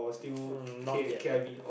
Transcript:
um not yet leh